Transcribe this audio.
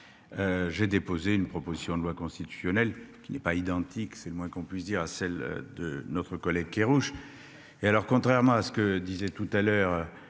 J'ai déposé une proposition de loi constitutionnelle qui n'est pas identique. C'est le moins qu'on puisse dire à celle de notre collègue Kerrouche